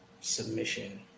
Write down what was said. submission